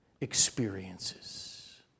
experiences